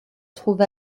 trouve